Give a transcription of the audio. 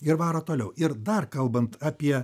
ir varo toliau ir dar kalbant apie